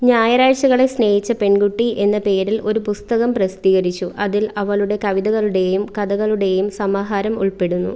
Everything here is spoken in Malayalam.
ഞായറാഴ്ചകളെ സ്നേഹിച്ച പെൺകുട്ടി എന്ന പേരിൽ ഒരു പുസ്തകം പ്രസിദ്ധീകരിച്ചു അതിൽ അവളുടെ കവിതകളുടേയും കഥകളുടേയും സമാഹാരം ഉൾപ്പെടുന്നു